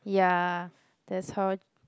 ya that's how